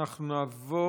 אנחנו נעבור